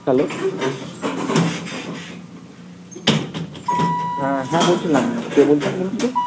hello হ্যাঁ হ্যাঁ বলছিলাম কে বলছেন বলুন তো